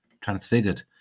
transfigured